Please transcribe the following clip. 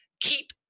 keep